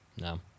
no